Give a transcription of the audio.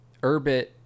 erbit